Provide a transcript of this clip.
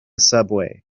subway